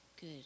Good